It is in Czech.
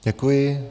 Děkuji.